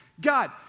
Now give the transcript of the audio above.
God